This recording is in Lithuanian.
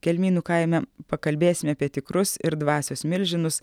kelmynų kaime pakalbėsime apie tikrus ir dvasios milžinus